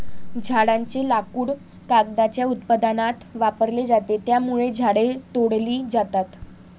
झाडांचे लाकूड कागदाच्या उत्पादनात वापरले जाते, त्यामुळे झाडे तोडली जातात